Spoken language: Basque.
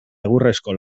egurrezko